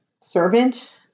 servant